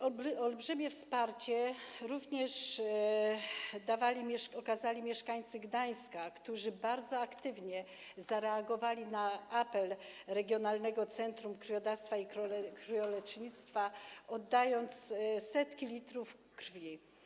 Olbrzymie wsparcie okazali również mieszkańcy Gdańska, którzy bardzo aktywnie zareagowali na apel regionalnego centrum krwiodawstwa i krwiolecznictwa, oddając setki litrów krwi.